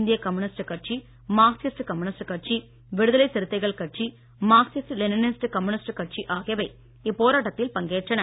இந்திய கம்யூனிஸ்ட் கட்சி Marxist communist கட்சி விடுதலை சிறுத்தைகள் கட்சி மார்க்சிஸ்ட் லெனினிஸ்ட் கம்யூனிஸ்ட் கட்சி பங்கேற்றன